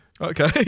Okay